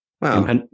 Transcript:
Wow